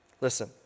Listen